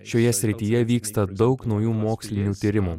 šioje srityje vyksta daug naujų mokslinių tyrimų